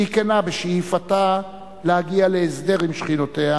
והיא כנה בשאיפתה להגיע להסדר עם שכנותיה,